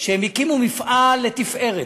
שהקימו מפעל לתפארת,